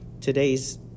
Today's